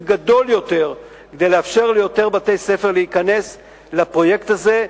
גדול יותר כדי לאפשר ליותר בתי-ספר להיכנס לפרויקט הזה.